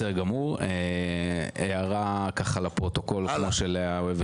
בסדר גמור, הערה לפרוטוקול, כמו שלאה אוהבת לומר.